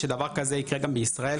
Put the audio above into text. שדבר כזה יקרה גם בישראל,